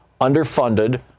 underfunded